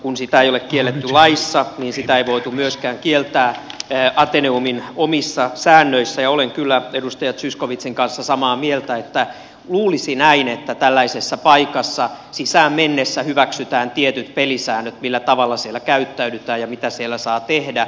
kun sitä ei ole kielletty laissa niin sitä ei voitu myöskään kieltää ateneumin omissa säännöissä ja olen kyllä edustaja zyskowiczin kanssa samaa mieltä että luulisi näin että tällaisessa paikassa sisään mennessä hyväksytään tietyt pelisäännöt millä tavalla siellä käyttäydytään ja mitä siellä saa tehdä